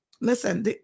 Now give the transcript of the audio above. Listen